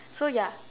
so ya